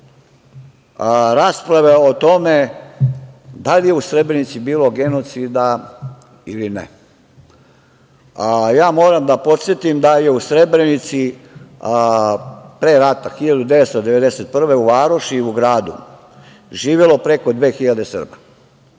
rasprave o tome da li je u Srebrenici bilo genocida ili ne, moram da podsetim da je u Srebrenici pre rata 1991. godine u varoši, u gradu, živelo preko 2.000 Srba.